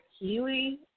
kiwi